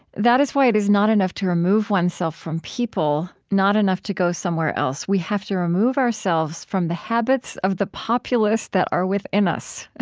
that is why it is not enough to remove oneself from people, not enough to go somewhere else. we have to remove ourselves from the habits of the populace that are within us.